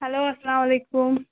hello اَسَلامُ عَلَیکُم